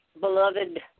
beloved